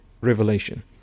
revelation